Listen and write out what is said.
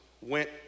went